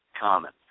common